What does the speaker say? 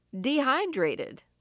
dehydrated